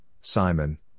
Simon